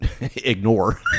ignore